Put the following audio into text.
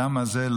הדם הזה,